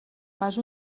pas